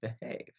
behave